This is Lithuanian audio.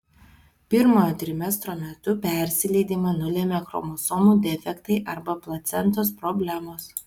pirmojo trimestro metu persileidimą nulemia chromosomų defektai arba placentos problemos